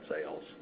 sales